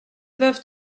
veuve